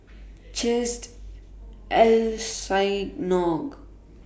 Chesed El Synagogue